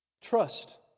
Trust